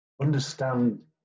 Understand